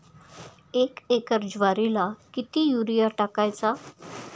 एक एकर ज्वारीला किती युरिया टाकायचा?